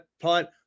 punt